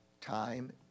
time